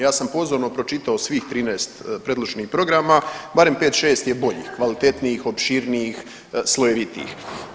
Ja sam pozorno pročitao svih 13 predloženih programa, barem 5, 6 je boljih, kvalitetnijih, opširnijih, slojevitijih.